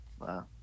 Wow